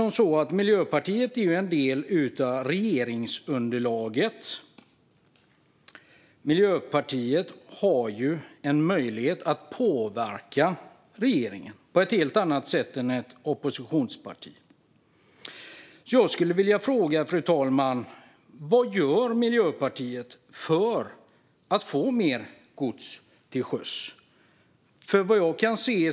Miljöpartiet är ju en del av regeringsunderlaget och har en möjlighet att påverka regeringen på ett helt annat sätt än ett oppositionsparti. Vad gör Miljöpartiet för att få mer gods till sjöss?